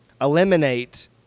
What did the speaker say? eliminate